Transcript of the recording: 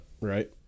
right